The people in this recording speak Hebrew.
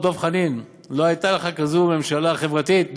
דב חנין, לא הייתה לך כזאת ממשלה חברתית.